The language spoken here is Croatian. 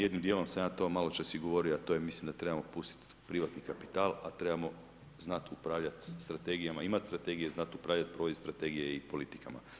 Jednim dijelom sam ja to maločas i govorio, a to je mislim da trebamo pustiti privatni kapital, a trebamo znati upravljati strategijama, imati strategije, znati upravljati provest strategije i politikama.